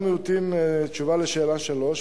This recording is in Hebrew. תשובה לשאלה 3,